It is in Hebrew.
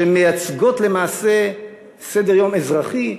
שמייצגות למעשה סדר-יום אזרחי,